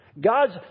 God's